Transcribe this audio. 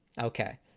Okay